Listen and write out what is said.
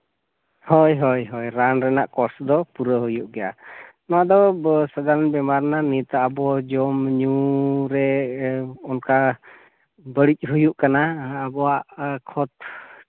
ᱦᱳᱭ ᱦᱚᱭ ᱨᱟᱱ ᱨᱮᱱᱟᱜ ᱠᱳᱨᱥ ᱫᱚ ᱯᱩᱨᱟᱹᱣ ᱦᱩᱭᱩᱜ ᱜᱮᱭᱟ ᱱᱚᱣᱟ ᱫᱚ ᱥᱟᱫᱷᱟᱨᱚᱱ ᱵᱤᱢᱟᱨ ᱨᱮᱱᱟᱜ ᱱᱤᱛ ᱟᱵᱚ ᱡᱚᱢ ᱧᱩ ᱨᱮ ᱚᱱᱠᱟ ᱵᱟᱹᱲᱤᱡ ᱦᱩᱭᱩᱜ ᱠᱟᱱᱟ ᱟᱵᱚᱣᱟᱜ ᱠᱷᱚᱛ